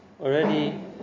already